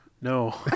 No